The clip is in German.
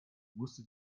musste